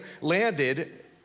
landed